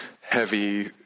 heavy